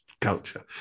culture